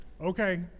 okay